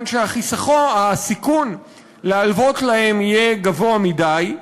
שהסיכון בלהלוות להם יהיה גבוה מדי.